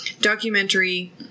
documentary